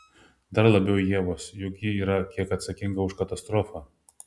dar labiau ievos juk ji yra kiek atsakinga už katastrofą